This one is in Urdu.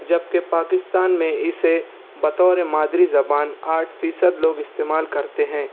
جبکہ پاکستان میں اسے بطور مادری زبان آٹھ فیصد لوگ استعمال کرتے ہیں